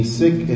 sick